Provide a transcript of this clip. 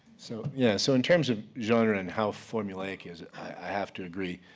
so yeah, so in terms of genre, and how formulaic is it, i have to agree.